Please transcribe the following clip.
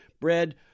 bread